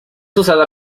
usada